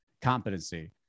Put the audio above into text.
competency